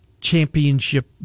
Championship